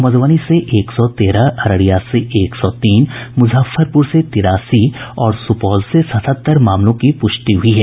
मध्ुबनी से एक सौ तेरह अररिया से एक सौ तीन मुजफ्फरपुर से तिरासी और सुपौल से सतहत्तर मामलों की पुष्टि हुई है